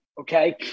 okay